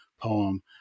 poem